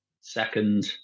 second